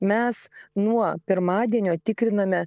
mes nuo pirmadienio tikriname